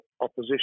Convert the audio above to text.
opposition